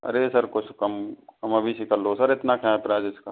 आरे sir कुछ कम कम ओ बेशी कर लो सर इतना कहाँ है प्राइज़ इस का